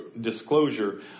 disclosure